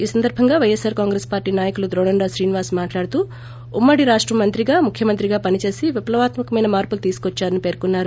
ఈ సందర్బంగా పైఎస్పార్ కాంగ్రెస్ పార్టీ నాయుకులు ద్రోణం రాజు శ్రీనివాస్ మాట్లాడుతూ ఉమ్మడి రాష్టం మంత్రిగా ముఖ్యమంత్రిగా పనిచేసి విప్లత్మకమైన మార్పులు తీసుకొద్చారని పేర్కొన్నారు